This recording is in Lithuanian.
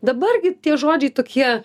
dabar gi tie žodžiai tokie